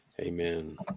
Amen